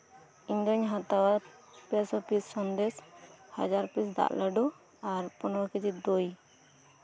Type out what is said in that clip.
ᱤᱧ ᱫᱩᱧ ᱦᱟᱛᱟᱣᱟ ᱯᱮ ᱥᱚ ᱯᱤᱥ ᱥᱚᱱᱫᱮᱥ ᱦᱟᱡᱟᱨ ᱯᱤᱥ ᱫᱟᱜ ᱞᱟᱹᱰᱩ ᱯᱚᱱᱮᱨᱳ ᱠᱮᱡᱤ ᱫᱳᱭ